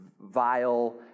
vile